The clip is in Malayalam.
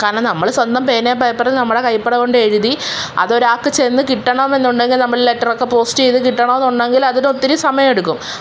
കാരണം നമ്മൾ സ്വന്തം പേനയും പേപ്പറിൽ നമ്മുടെ കൈപ്പട കൊണ്ടെഴുതി അത് ഒരാൾക്ക് ചെന്ന് കിട്ടണം എന്നുണ്ടെങ്കിൽ നമ്മൾ ലെറ്റർ ഒക്കെ പോസ്റ്റ് ചെയ്ത് കിട്ടണം എന്നുണ്ടെങ്കിൽ അതിന് ഒത്തിരി സമയം എടുക്കും